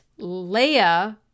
Leia